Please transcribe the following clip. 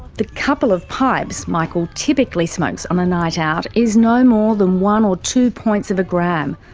the couple of pipes michael typically smokes on a night out is no more than one or two points of a gram,